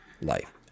life